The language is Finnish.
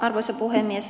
arvoisa puhemies